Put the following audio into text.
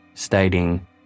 Stating